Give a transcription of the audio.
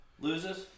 loses